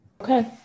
Okay